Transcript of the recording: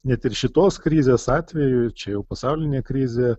net ir šitos krizės atveju čia jau pasaulinė krizė